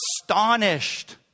astonished